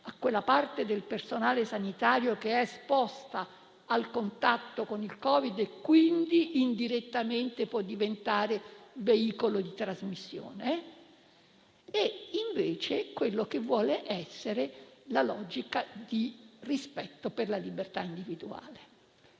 a quella parte del personale sanitario esposta al contatto con il Covid e che quindi, indirettamente, può diventarne veicolo di trasmissione. E mi riferisco d'altra parte a quella che vuole essere una logica di rispetto per la libertà individuale.